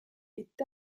est